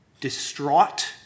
distraught